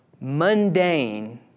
mundane